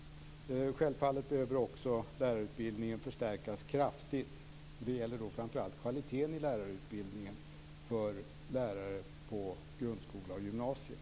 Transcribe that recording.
Självfallet behöver lärarutbildningen också förstärkas kraftigt. Det gäller framför allt kvaliteten i lärarutbildningen för lärare på grundskola och gymnasium.